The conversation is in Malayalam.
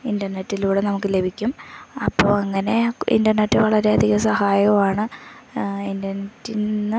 ഇൻ്റർനെറ്റിലൂടെ നമുക്ക് ലഭിക്കും അപ്പോൾ അങ്ങനെ ഇൻ്റെർനെറ്റ് വളരെയധികം സഹായകമാണ് ഇൻ്റർനെറ്റിൽ നിന്ന്